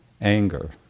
Anger